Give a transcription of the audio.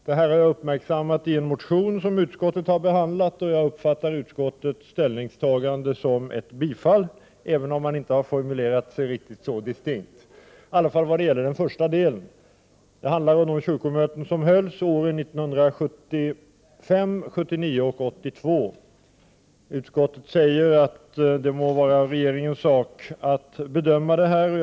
Detta har jag uppmärksammat i en motion som utskottet behandlat, och jag uppfattar utskottets ställningstagande i varje fall vad gäller den första delen som en tillstyrkan av bifall, även om man inte formulerat sig riktigt så distinkt. Det handlar om de kyrkomöten som hölls åren 1975, 1979 och 1982. Utskottet säger att det må vara regeringens sak att bedöma den här frågan.